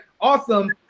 awesome